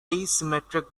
asymmetric